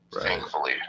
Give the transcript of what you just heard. Thankfully